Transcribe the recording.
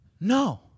No